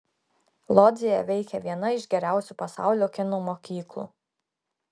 lodzėje veikia viena iš geriausių pasaulio kino mokyklų